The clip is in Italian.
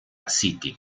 city